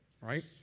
right